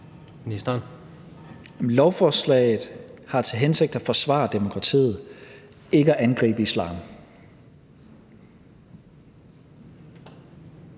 Tesfaye): Lovforslaget har til hensigt at forsvare demokratiet, ikke at angribe islam.